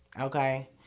Okay